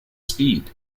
speed